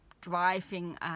driving